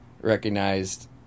recognized